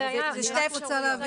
אבל אלה שתי אפשרויות.